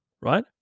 Right